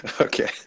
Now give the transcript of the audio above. Okay